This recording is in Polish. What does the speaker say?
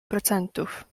procentów